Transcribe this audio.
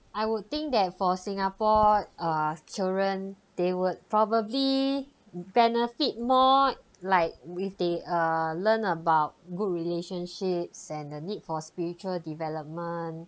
I would think that for singapore err children they would probably benefit more like with they err learn about good relationships and the need for spiritual development